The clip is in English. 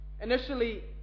Initially